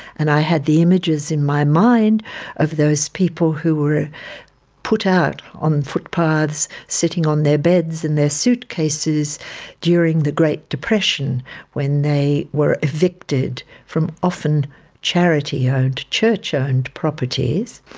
and i had the images in my mind of those people who were put out on footpaths sitting on their beds and their suitcases during the great depression when they were evicted from often charity-owned, church-owned properties.